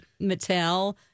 Mattel